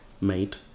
made